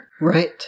Right